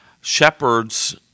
shepherds